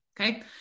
okay